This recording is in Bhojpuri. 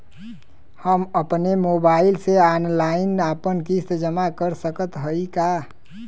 हम अपने मोबाइल से ऑनलाइन आपन किस्त जमा कर सकत हई का?